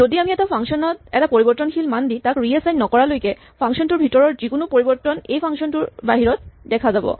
যদি আমি এটা ফাংচন ত এটা পৰিবৰ্তনশীল মান দি তাক ৰিএচাইন নকৰালৈকে ফাংচন টোৰ ভিতৰৰ যিকোনো পৰিবৰ্তন এই ফাংচন টোৰ বাহিৰত দেখা দিব